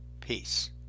Peace